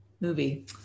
Movie